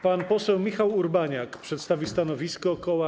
Pan poseł Michał Urbaniak przedstawi stanowisko koła